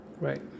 Right